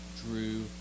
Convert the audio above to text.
drew